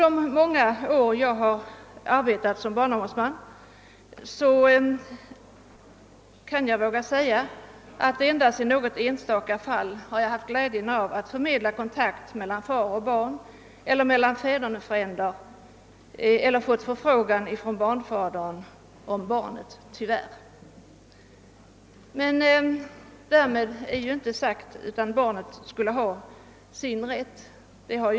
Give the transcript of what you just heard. de många 'år jag har arbetat som barnavårdsman vågar jag säga att jag tyvärr endast i något enstaka fall har haft glädjen förmedla kontakt mellan far och barn, mellan fädernefränder och barn eller fått förfrågan från barnafadern om barnet. Därmed är inte sagt att banet inte skall ha sin rätt.